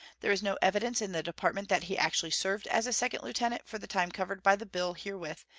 there is no evidence in the department that he actually served as a second lieutenant for the time covered by the bill herewith,